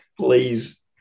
please